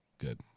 Good